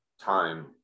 time